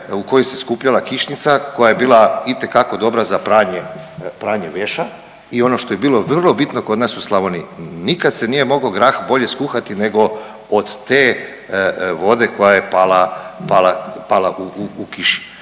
u kojoj se skupljala kišnica koja je bila itekako dobra za pranje, za pranje veša i ono što je bilo vrlo bitno kod nas u Slavoniji, nikad se nije mogao grah bolje skuhati nego od te vode koja je pala, pala,